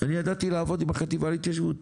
אני ידעתי לעבוד עם החטיבה להתיישבות